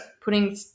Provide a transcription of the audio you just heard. putting